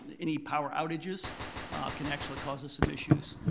any power outages can actually cause us some issues.